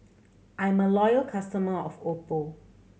I'm a loyal customer of Oppo